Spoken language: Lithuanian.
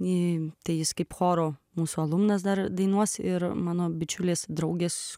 į tai jis kaip choro mūsų alumnas dar dainuos ir mano bičiulės draugės